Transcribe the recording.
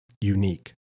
unique